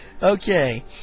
Okay